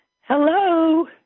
Hello